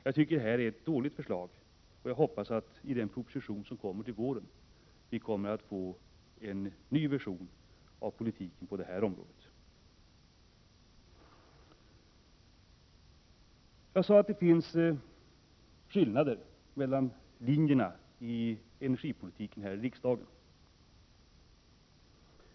Jag tycker att detta är ett dåligt förslag. Visst finns det skillnader mellan linjerna i energipolitiken här i riksdagen.